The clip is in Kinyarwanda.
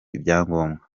ibyangombwa